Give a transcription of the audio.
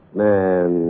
man